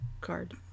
card